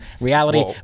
reality